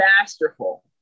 masterful